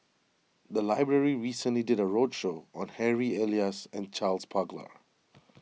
the library recently did a roadshow on Harry Elias and Charles Paglar